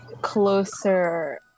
closer